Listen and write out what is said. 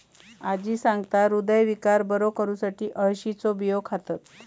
आजी सांगता, हृदयविकार बरो करुसाठी अळशीचे बियो खातत